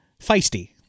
feisty